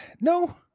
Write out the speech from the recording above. No